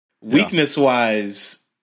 weakness-wise